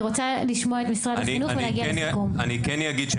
אני רוצה לשמוע את משרד החינוך ולהגיע לסיכום.) מבחינת